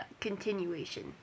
continuation